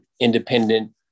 independent